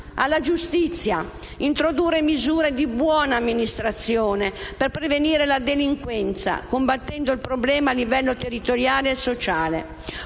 alla giustizia e introdurre misure di buona amministrazione per prevenire la delinquenza, combattendo il problema a livello territoriale e sociale.